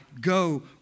go